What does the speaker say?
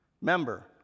Member